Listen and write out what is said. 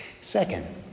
Second